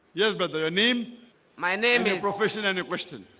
yes, but their name my name is professional new question,